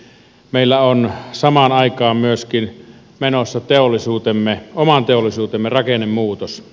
meillä on samaan aikaan myöskin menossa oman teollisuutemme rakennemuutos